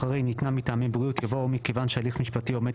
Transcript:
אחרי 'ניתנה מטעמי בריאות' יבוא 'או מכיוון שהליך משפטי עומד